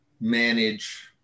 manage